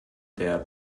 der